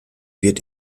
wird